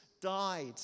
died